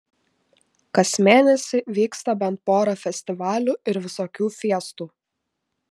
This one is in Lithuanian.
kas mėnesį vyksta bent pora festivalių ir visokių fiestų